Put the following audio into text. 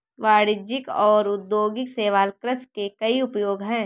वाणिज्यिक और औद्योगिक शैवाल कृषि के कई उपयोग हैं